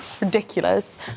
ridiculous